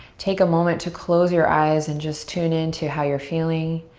take a moment to close your eyes and just tune into how you're feeling.